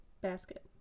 Basket